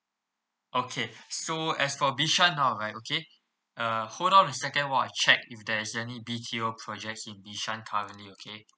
okay so as for bishan now right okay uh hold on second while I check if there is any B_T_O projects in bishan currently okay